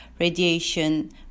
radiation